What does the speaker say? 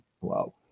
wow